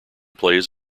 plays